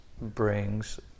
Brings